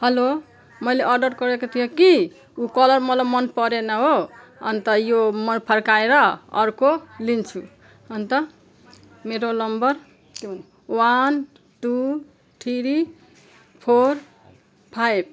hello मैले order गरेको थिएँ कि कलर मलाई मनपरेन हो अन्त यो म फर्काएर अर्को लिन्छु अन्त मेरो number one two three four five